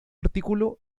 artículo